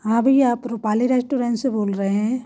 हाँ भैया आप रुपाली रेस्टोरेंट से बोल रहे हैं